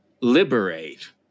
liberate